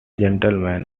gentlemen